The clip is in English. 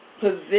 position